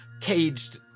caged